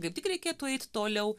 kaip tik reikėtų eit toliau